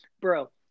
Bro